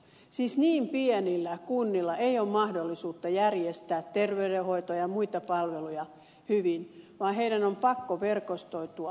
siis niin pienillä kunnilla ei ole mahdollisuutta järjestää terveydenhoito ja muita palveluja hyvin vaan niiden on pakko verkostoitua